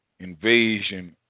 invasion